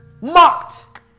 Mocked